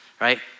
right